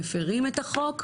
מפרים את החוק.